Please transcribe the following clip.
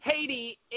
Haiti